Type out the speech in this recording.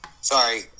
sorry